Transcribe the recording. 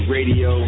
Radio